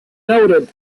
noted